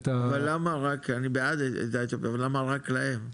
--- אני בעד העדה האתיופית אבל למה רק להם?